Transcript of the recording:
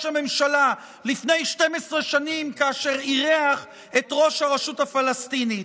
הממשלה לפני 12 שנים כאשר אירח את ראש הרשות הפלסטינית.